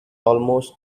almost